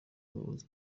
n’umuyobozi